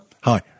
Hi